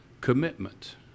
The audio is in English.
commitment